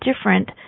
different